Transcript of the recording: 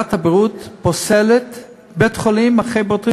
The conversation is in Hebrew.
ששרת הבריאות פוסלת בית-חולים אחרי בית-חולים,